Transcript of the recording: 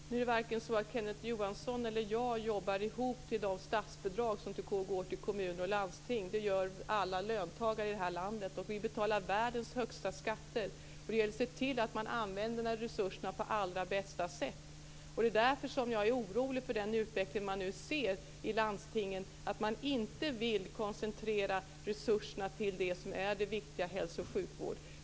Fru talman! Varken Kenneth Johansson eller jag jobbar ihop de statsbidrag som går till kommuner och landsting. Det gör alla löntagare i landet. Vi betalar världens högsta skatter. Det gäller att se till att använda resurserna på allra bästa sätt. Det är därför som jag är orolig över den utveckling jag ser i landstingen, dvs. att man inte vill koncentrera resurserna till det som är viktigt, nämligen hälso och sjukvård.